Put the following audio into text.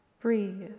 Breathe